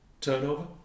turnover